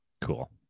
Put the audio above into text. Cool